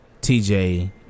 TJ